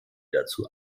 dazu